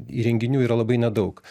įrenginių yra labai nedaug